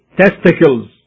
testicles